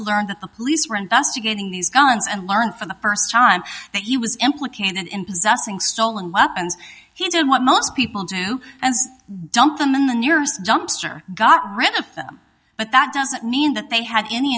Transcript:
learned that the police were investigating these guns and learn for the first time that he was implicated in possessing stolen weapons he did what most people do and dump them in the nearest dumpster got rid of them but that doesn't mean that they had any